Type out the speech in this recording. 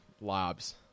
lobs